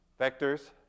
vectors